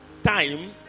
time